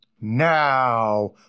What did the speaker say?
Now